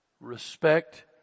Respect